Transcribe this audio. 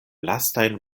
lastajn